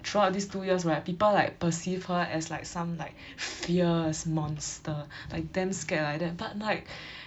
throughout these two years right people like perceive her as like some like fear as monster like damn scared like that but like